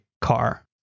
car